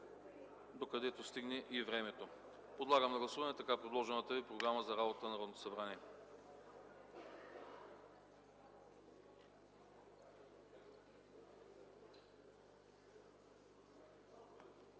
докъдето стигне времето. Подлагам на гласуване така предложената Ви програма за работа на Народното събрание.